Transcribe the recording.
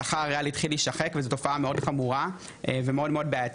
השכר הריאלי התחיל הישחק וזו תופעה מאוד חמורה ומאוד בעייתית.